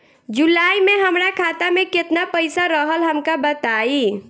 जुलाई में हमरा खाता में केतना पईसा रहल हमका बताई?